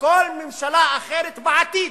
כל ממשלה אחרת בעתיד,